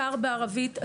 אתר בערבית,